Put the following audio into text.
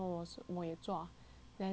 then 后天也做